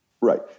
Right